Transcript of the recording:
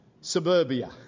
suburbia